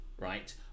right